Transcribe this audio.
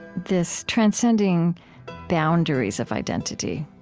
this transcending boundaries of identity.